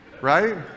Right